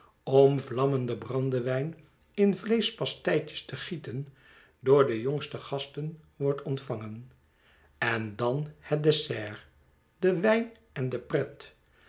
om vlammenden brandewijn in vleeschpasteitjes te gieten door de jongste gasten wordt ontvangen en dan het dessert de wijn en de pret